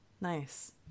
Nice